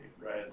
right